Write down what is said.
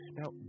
Now